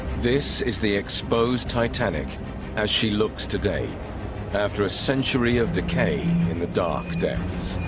this is the exposed titanic as she looks today after a century of decay in the darkness